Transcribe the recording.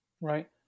Right